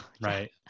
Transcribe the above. right